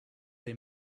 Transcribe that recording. they